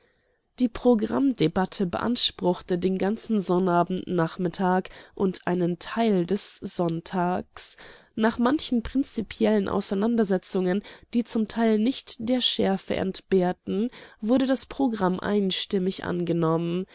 die programm-debatte beanspruchte den ganzen sonnabend nachmittag und einen teil des sonntags nach manchen prinzipiellen auseinandersetzungen die zum teil nicht der schärfe entbehrten wurde das programm einstimmig angenommen